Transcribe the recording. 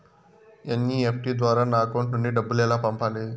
NEFT ద్వారా నా account నుండి డబ్బులు ఎలా పంపాలి